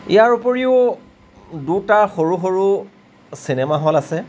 ইয়াৰ উপৰিও দুটা সৰু সৰু চিনেমা হল আছে